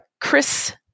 Chris